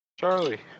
Charlie